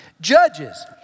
Judges